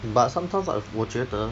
but sometimes I've 我觉得